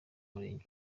murenge